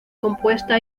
compuesta